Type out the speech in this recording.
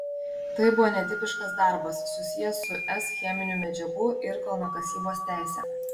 tai buvo netipiškas darbas susijęs su es cheminių medžiagų ir kalnakasybos teise